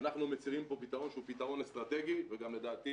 אנחנו מציגים פה פתרון שהוא פתרו ן אסטרטגי וגם לדעתי